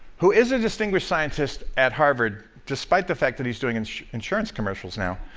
who is a distinguished scientist at harvard, despite the fact that he's doing and insurance commercials now.